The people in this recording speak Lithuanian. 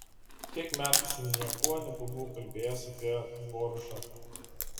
tiek metų su niekuo nebuvau kalbėjęs apie dvoržaką